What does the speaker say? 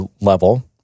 level